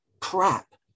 crap